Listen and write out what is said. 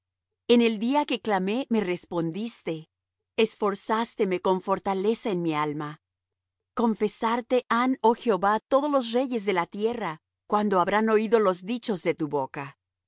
en el día que clamé me respondiste esforzásteme con fortaleza en mi alma confesarte han oh jehová todos los reyes de la tierra cuando habrán oído los dichos de tu boca y